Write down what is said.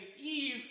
Eve